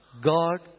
God